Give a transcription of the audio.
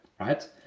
right